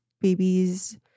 babies